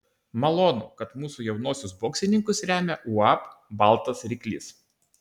malonu kad mūsų jaunuosius boksininkus remia uab baltas ryklys